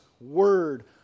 Word